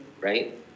right